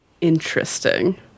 interesting